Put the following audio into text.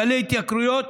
גלי התייקרויות,